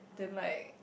then like